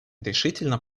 решительно